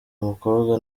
mukobwa